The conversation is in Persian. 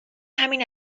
همین